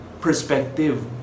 perspective